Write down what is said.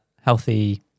healthy